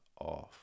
off